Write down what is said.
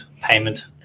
payment